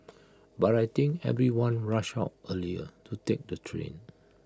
but I think everyone rushed out earlier to take the train